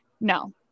No